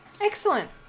Excellent